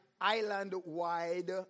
island-wide